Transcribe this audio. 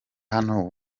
hano